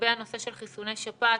לגבי הנושא של חיסוני שפעת,